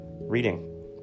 reading